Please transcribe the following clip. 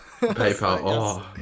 PayPal